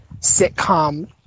sitcom